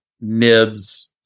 nibs